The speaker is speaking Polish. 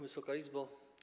Wysoka Izbo!